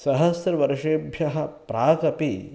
सहस्रवर्षेभ्यः प्रागपि